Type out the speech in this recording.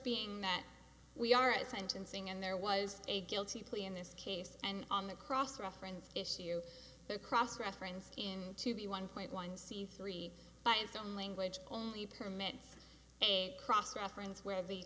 being that we are at sentencing and there was a guilty plea in this case and on the cross reference issue the cross reference in to the one plate one c three by its own language only permit cross reference where the